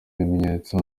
ibimenyetso